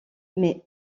mais